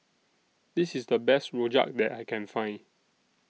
This IS The Best Rojak that I Can Find